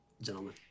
gentlemen